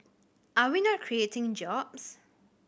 are we not creating jobs